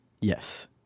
Yes